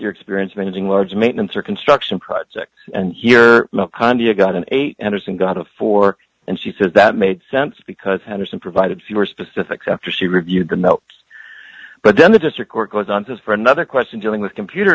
your experience managing large maintenance or construction projects and here makhanya got an eight anderson got a four and she says that made sense because henderson provided fewer specifics after she reviewed the notes but then the district court goes on to for another question dealing with computer